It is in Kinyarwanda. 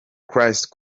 christ